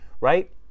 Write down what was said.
right